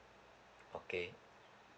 okay